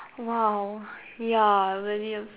!wow! ya really